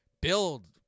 build